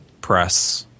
press